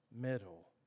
middle